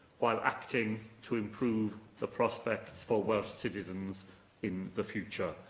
while acting to improve the prospects for welsh citizens in the future.